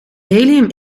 helium